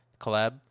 collab